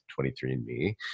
23andMe